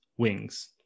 Wings